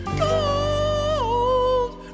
gold